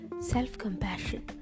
self-compassion